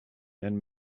and